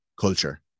culture